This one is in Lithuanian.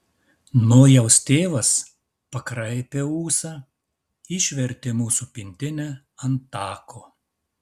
nojaus tėvas pakraipė ūsą išvertė mūsų pintinę ant tako